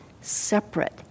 separate